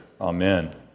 Amen